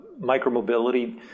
micromobility